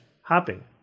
hopping